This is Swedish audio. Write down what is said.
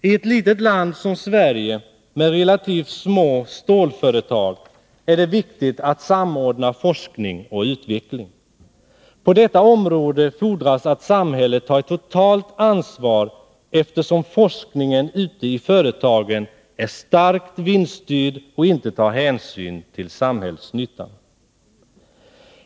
I ett litet land som Sverige med relativt små stålföretag är det viktigt att samordna forskning och utveckling. På detta område fordras att samhället tar ett totalt ansvar, eftersom forskningen i företagen är starkt vinststyrd och inte tar hänsyn till samhällsnyttan.